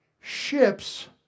ships